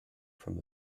from